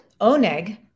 Oneg